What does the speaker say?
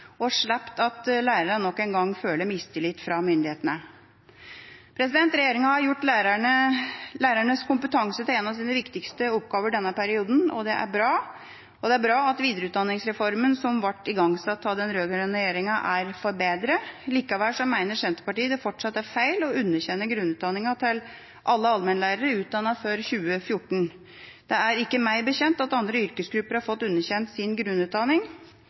og sluppet at lærerne nok en gang føler mistillit fra myndighetene. Regjeringa har gjort lærernes kompetanse til en av sine viktigste oppgaver i denne perioden, og det er bra. Det er bra at videreutdanningsreformen som ble igangsatt av den rød-grønne regjeringa, er forbedret. Likevel mener Senterpartiet det fortsatt er feil å underkjenne grunnutdanningen til alle allmennlærerne utdannet før 2014. Meg bekjent har ikke andre yrkesgrupper fått underkjent sin grunnutdanning.